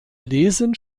lesen